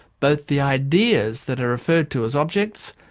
both the ideas that are referred to as objects,